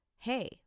hey